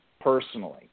personally